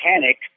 panic